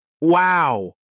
Wow